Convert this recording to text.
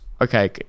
okay